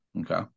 Okay